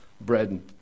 bread